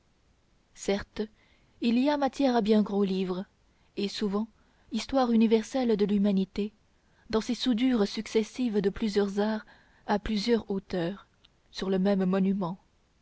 certes il y a matière à bien gros livres et souvent histoire universelle de l'humanité dans ces soudures successives de plusieurs arts à plusieurs hauteurs sur le même monument